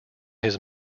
his